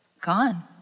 gone